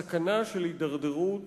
הסכנה של הידרדרות,